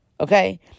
okay